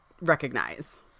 recognize